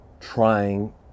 trying